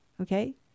Okay